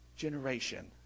generation